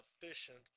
sufficient